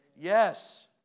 Yes